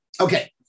Okay